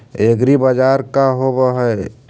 एग्रीबाजार का होव हइ?